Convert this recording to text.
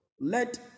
let